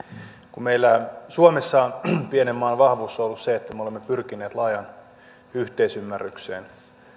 kun meillä suomessa pienen maan vahvuus on ollut se että me olemme pyrkineet laajaan yhteisymmärrykseen